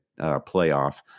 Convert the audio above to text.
playoff